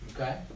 Okay